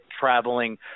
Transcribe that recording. traveling